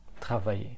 travailler